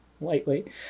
lightly